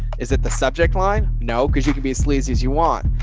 is it the subject line? no. cause you can be a sleazy as you want.